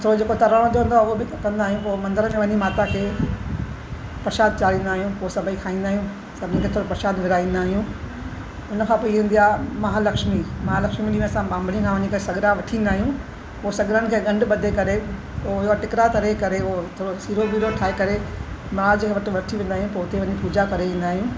छो जेको तरण जो हूंदो आहे उहो बि खपंदा आहियूं पोइ मंदर वञी माता ते प्रशाद चाड़िंदा आहियूं पोइ सभई खाईंदा आहियूं सभिनी खे थोरो प्रशाद विराईंदा आहियूं उन खां पोइ ईंदी आहे महालक्ष्मी महालक्ष्मी ॾींहुं असां ब्राह्मणी खां वठी सगरा वठी ईंदा आहियूं पोइ सगरनि खे गंढु भधे करे पोइ इहो टिकरा तरे करे उहो थोरो सीरो वीरो ठाहे करे माउ जे वठी वेंदा आहियूं पोइ हुते वञी पूजा करे ईंदा आहियूं